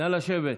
נא לשבת.